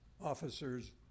officers